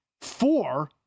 Four